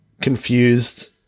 confused